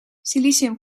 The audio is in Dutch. silicium